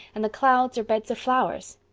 and the clouds are beds of flowers.